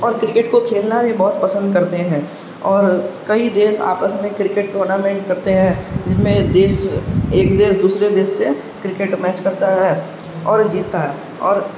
اور کرکٹ کو کھیلنا بھی بہت پسند کرتے ہیں اور کئی دیش آپس میں کرکٹ ٹورنامنٹ کرتے ہیں جن میں ایک دیش ایک دیش دوسرے دیش سے کرکٹ میچ کرتا ہے اور جیتتا ہے اور